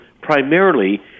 primarily